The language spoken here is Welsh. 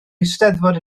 eisteddfod